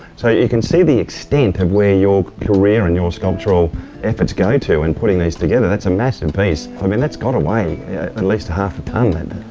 so you can see the extent of were your career and your sculptural efforts go to in putting these together. that's a massive piece. i mean that's got to weigh at least half a tonne. and